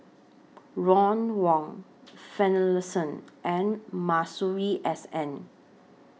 Ron Wong Finlayson and Masuri S N